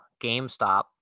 GameStop